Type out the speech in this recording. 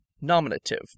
nominative